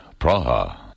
Praha